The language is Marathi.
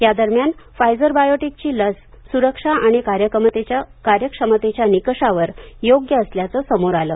यादरम्यान फायजर बायोटेकची लस सुरक्षा आणि कार्यक्षमतेच्या निकषावर योग्य असल्याचं समोर आलं